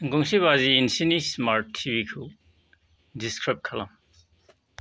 गंसे बाजि इनसिनि स्मार्ट टि भि खौ डिसक्राइब खालाम